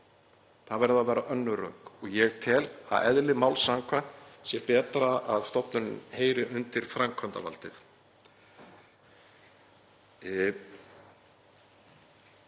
Það verða að vera önnur rök og ég tel að eðli máls samkvæmt sé betra að stofnunin heyri undir framkvæmdarvaldið.